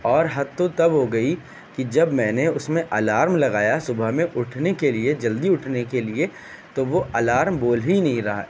اور حد تو تب ہو گئی کہ جب میں نے اس میں الارم لگایا صبح میں اٹھنے کے لیے جلدی اٹھنے کے لیے تو وہ الارم بول ہی نہیں رہا